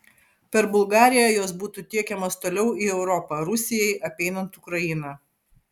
per bulgariją jos būtų tiekiamos toliau į europą rusijai apeinant ukrainą